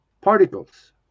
particles